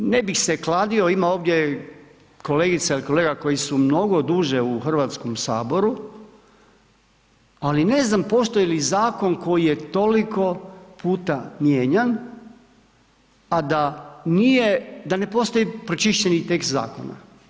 Ne bih se kladio, ima ovdje kolegica ili kolega, koji su mnogo duže u Hrvatskom saboru, ali ne znam, postoji li zakon koji je toliko puta mijenjan, a da nije, da ne postoji pročišćeni tekst zakona.